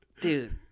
Dude